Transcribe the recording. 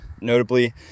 Notably